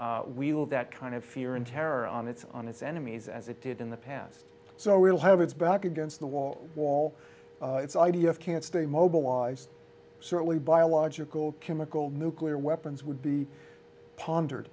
wield that kind of fear and terror on its on its enemies as it did in the past so we'll have his back against the wall wall it's idea of can't stay mobilized certainly biological chemical nuclear weapons would be pondered